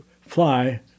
fly